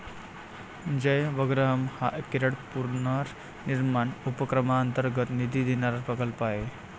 जयवग्रहम हा केरळ पुनर्निर्माण उपक्रमांतर्गत निधी देणारा प्रकल्प आहे